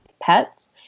pets